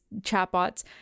chatbots